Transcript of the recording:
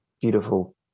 beautiful